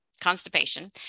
constipation